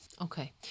Okay